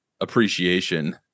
appreciation